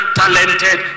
talented